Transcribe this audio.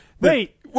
Wait